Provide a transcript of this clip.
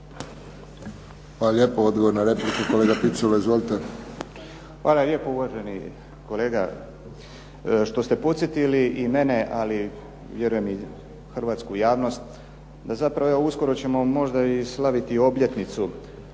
Hvala lijepo. Odgovor na repliku, kolega Picula. Izvolite. **Picula, Tonino (SDP)** Hvala lijepo uvaženi kolega što ste podsjetili i mene, ali vjerujem i hrvatsku javnost da zapravo evo uskoro ćemo možda i slaviti obljetnicu